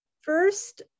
First